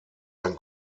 ein